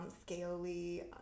scaly